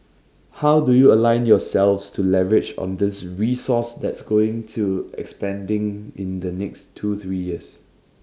how do you align yourselves to leverage on this resource that's going to expanding in the next two three years